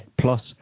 plus